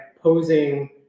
posing